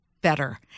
better